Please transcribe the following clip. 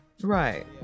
Right